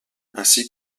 ainsi